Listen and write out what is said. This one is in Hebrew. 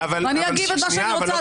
ואני אגיד את מה שאני רוצה,